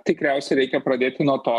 tikriausiai reikia pradėti nuo to